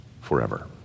forever